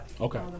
Okay